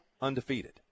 undefeated